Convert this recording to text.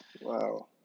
Wow